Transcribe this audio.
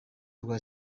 rwa